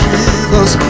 Jesus